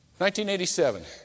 1987